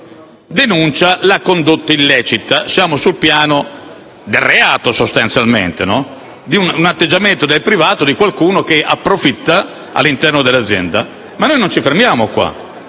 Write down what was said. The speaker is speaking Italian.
denuncia la condotta illecita, siamo sul piano del reato, di un atteggiamento del privato e di qualcuno che approfitta all'interno dell'azienda. Non ci fermiamo però